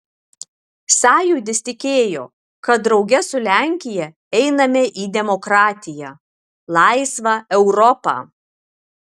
sąjūdis tikėjo kad drauge su lenkija einame į demokratiją laisvą europą